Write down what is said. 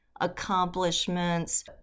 accomplishments